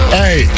hey